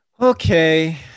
Okay